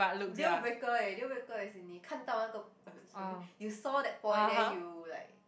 deal breaker eh deal breaker is 你看套哪个 uh sorry you saw that point then you like